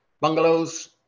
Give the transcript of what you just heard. bungalows